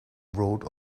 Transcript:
wrote